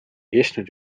kestnud